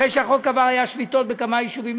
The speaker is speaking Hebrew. אחרי שהחוק עבר היו שביתות בכמה יישובים,